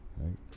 right